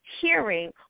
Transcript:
hearing